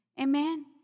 Amen